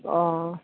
अ